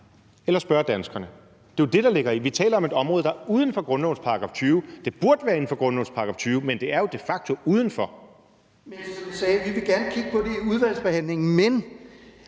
eller spørge danskerne. Det er jo det, der ligger i det. Vi taler om et område, der er uden for grundlovens § 20. Det burde være inden for grundlovens § 20, men det er jo de facto udenfor. Kl. 18:23 Søren Søndergaard (EL): Men som jeg sagde: Vi vil gerne kigge på det i udvalgsbehandlingen, men